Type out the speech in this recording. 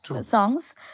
songs